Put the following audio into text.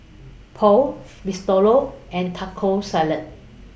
Pho Risotto No and Taco Salad